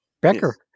Becker